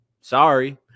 sorry